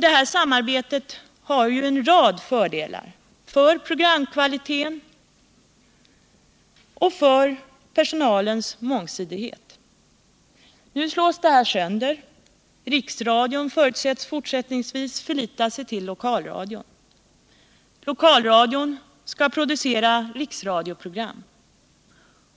Detta samarbete har en rad fördelar för programkvaliteten och för personalens mångsidighet. Nu slås detta sönder. Riksradion förutsätts fortsättningsvis förlita sig på lokalradion. Lokalradion skall producera riksradioprogram.